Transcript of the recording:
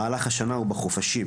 במהלך השנה ובחופשים.